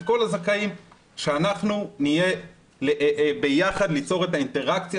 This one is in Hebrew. את כל הזכאים שאנחנו נהיה ביחד ליצור את האינטראקציה